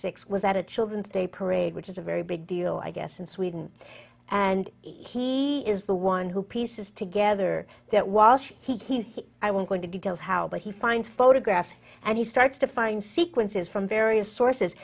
six was at a children's day parade which is a very big deal i guess in sweden and he is the one who pieces together that while she he i won't go into detail how but he finds photographs and he starts to find sequences from various sources